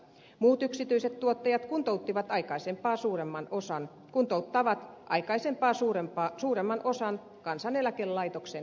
muut yksityiset tuottajat kuntouttavat aikaisempaa suuremman osan kansaneläkelaitoksen kuntoutettavista